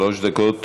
שלוש דקות.